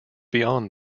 beyond